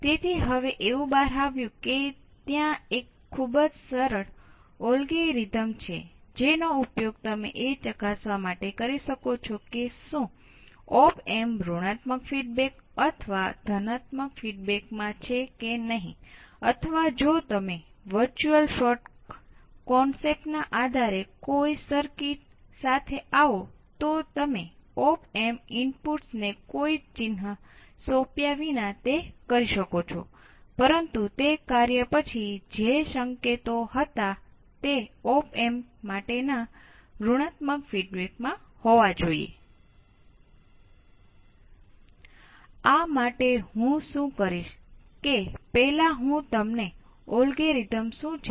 તે એવું તારણ આપે છે કે વીજ પુરવઠાનો વોલ્ટેજ કે જે તમે ઉપયોગ કરો છો તે ચોક્કસ મર્યાદા નક્કી કરે છે કે આઉટપુટ વોલ્ટેજ ની જરૂર હોય છે કે જેમાં આપણે વીજ પુરવઠો જોડી શકીએ